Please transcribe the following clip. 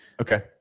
Okay